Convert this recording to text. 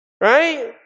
right